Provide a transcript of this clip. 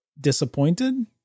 disappointed